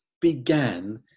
began